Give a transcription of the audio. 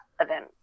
event